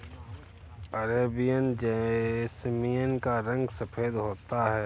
Arabian jasmine का रंग सफेद होता है